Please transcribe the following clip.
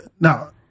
Now